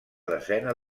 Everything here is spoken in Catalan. desena